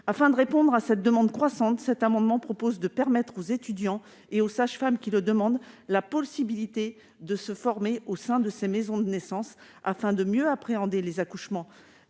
Afin de répondre à cette demande croissante, cet amendement tend à offrir aux étudiants et aux sages-femmes qui le demandent la possibilité de se former au sein de ces maisons de naissance, de manière à mieux appréhender les accouchements